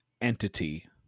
entity